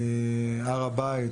הר הבית,